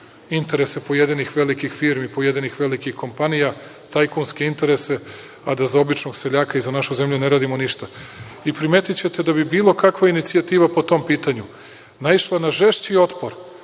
interese pojedinih velikih firmi, pojedinih velikih kompanija, tajkunske interese, a da za običnog seljaka i za našu zemlju ne radimo ništa. Primetićete da bi bilo kakva inicijativa po tom pitanju naišla na žešći otpor